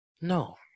No